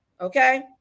Okay